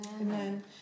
Amen